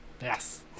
Yes